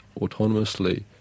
autonomously